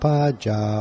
Paja